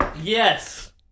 yes